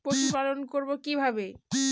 পশুপালন করব কিভাবে?